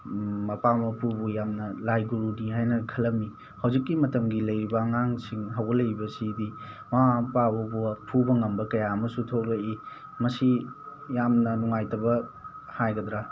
ꯃꯄꯥ ꯃꯄꯨꯕꯨ ꯌꯥꯝꯅ ꯂꯥꯏ ꯒꯨꯔꯨꯅꯤ ꯍꯥꯏꯅ ꯈꯜꯂꯝꯃꯤ ꯍꯧꯖꯤꯛꯀꯤ ꯃꯇꯝꯒꯤ ꯂꯩꯔꯤꯕ ꯑꯉꯥꯡꯁꯤꯡ ꯍꯧꯒꯠꯂꯛꯏꯕꯁꯤꯗꯤ ꯃꯃꯥ ꯃꯄꯥꯐꯥꯎꯕ ꯐꯨꯕ ꯉꯝꯕ ꯀꯌꯥ ꯑꯃꯁꯨ ꯊꯣꯛꯂꯛꯏ ꯃꯁꯤ ꯌꯥꯝꯅ ꯅꯨꯡꯉꯥꯏꯇꯕ ꯍꯥꯏꯒꯗ꯭ꯔꯥ